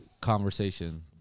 conversation